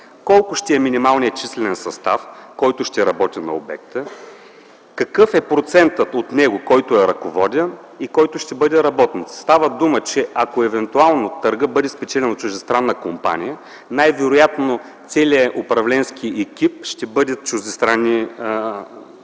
колко ще е минималният числен състав, който ще работи на обекта, какъв е процентът от него, който е ръководен, и колко ще бъдат работници? Става дума, че ако евентуално търгът бъде спечелен от чуждестранна компания, най-вероятно целият управленски екип ще бъде от чуждестранни граждани.